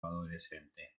adolescente